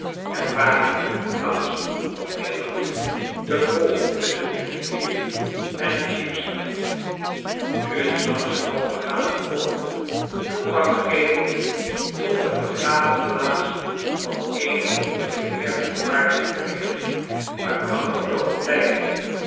er waren er toenmaals nog meer dan nu te volgen tussohen de rivier en cheapside nu eens langs een half vergane poort toegang gevende tot de vergaderplaats van een of andere eerbiedwaardige vereeniging uit lang vervlogen tijden